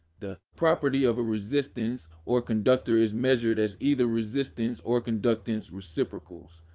the property of a resistance or conductor is measured as either resistance orconductance reciprocals.